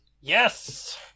Yes